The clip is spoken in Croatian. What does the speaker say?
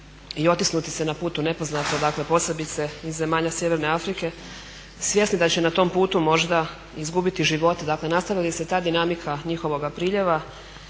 i otisnuti se na put u nepoznato, dakle posebice iz zemalja Sjeverne Afrike svjesni da će na tom putu možda izgubiti živote. Dakle nastavili se ta dinamika njihovoga priljeva